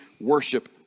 worship